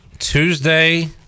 tuesday